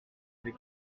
avec